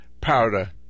powder